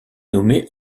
nommée